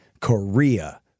Korea